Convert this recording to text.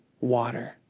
water